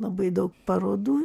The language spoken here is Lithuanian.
labai daug parodų